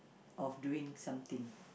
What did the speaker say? of doing something